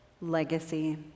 legacy